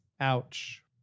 Ouch